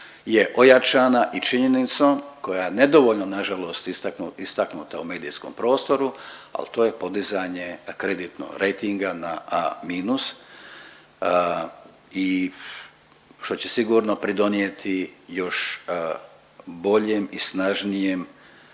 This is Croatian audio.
je ojačana i činjenicom koja je nedovoljno nažalost istaknuta u medijskom prostoru, al to je podizanje kreditnog rejtinga na A minus i što će sigurno pridonijeti još boljem i snažnijem